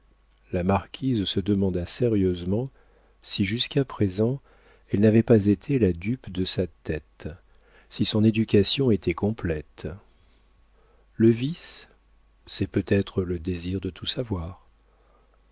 la marquise se demanda sérieusement si jusqu'à présent elle n'avait pas été la dupe de sa tête si son éducation était complète le vice c'est peut-être le désir de tout savoir